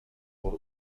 por